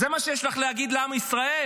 זה מה שיש לך להגיד לעם ישראל?